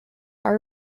are